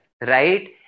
right